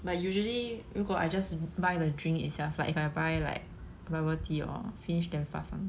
but usually 如果 I just buy the drink itself like if I buy like bubble tea or finish damn fast one